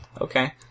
Okay